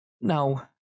no